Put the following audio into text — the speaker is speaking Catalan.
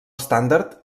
estàndard